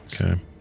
Okay